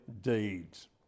deeds